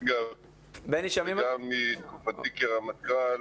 וגם מתקופתי כרמטכ"ל,